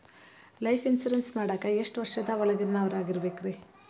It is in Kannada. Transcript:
ಲೈಫ್ ಇನ್ಶೂರೆನ್ಸ್ ಮಾಡಾಕ ಎಷ್ಟು ವರ್ಷದ ಒಳಗಿನವರಾಗಿರಬೇಕ್ರಿ?